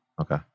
Okay